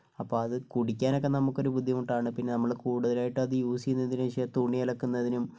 അപ്പോൾ അത് കുടിക്കാനൊക്കെ നമുക്ക് ഒരു ബുദ്ധിമുട്ടാണ് പിന്നെ നമ്മൾ കൂടുതലായിട്ട് അത് യൂസ് ചെയ്യുന്നതെന്ന് വെച്ചാൽ തുണി അലക്കുന്നതിനും